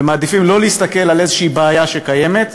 ומעדיפים לא להסתכל על איזושהי בעיה שקיימת,